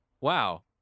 wow